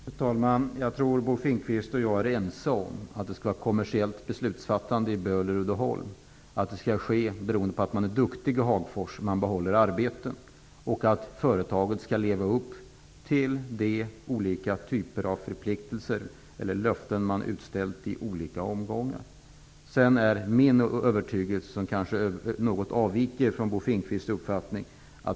Fru talman! Jag tror att Bo Finnkvist och jag är ense om att det skall vara ett kommersiellt beslutsfattande i Böhler-Uddeholm. Anledningen till att arbetstillfällen behålls i Hagfors är att de är duktiga där. Företaget skall leva upp till de olika typer av förpliktelser eller löften som har utlovats i olika omgångar. Min övertygelse kanske avviker något från Bo Finnkvists uppfattning.